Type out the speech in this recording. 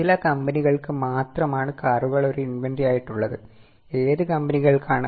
ചില കമ്പനികൾക്ക് മാത്രമാണ് കാറുകൾ ഒരു ഇൻവെന്ററി ആയിട്ടുള്ളത്ഏത് കമ്പനിയ്കൾ ക്കാണ്